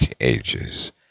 Ages